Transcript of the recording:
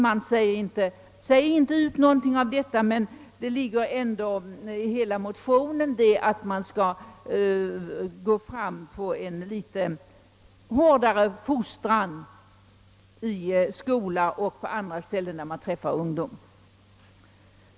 Man säger inte ut någonting av detta, men det framgår ändå av motionen att man bör gå in för hårdare fostran i skola och på andra ställen där det finns ungdom.